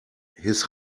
his